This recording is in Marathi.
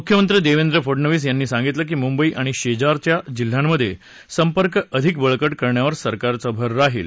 मुख्यमंत्री देवेंद्र फडणवीस यांनी सांगितलं की मुंबई आणि शेजारच्या जिल्ह्यांमधे संपर्क अधिक बळकट करण्यावर सरकारचा भर राहील